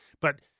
But-